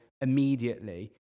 immediately